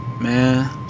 Man